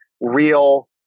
real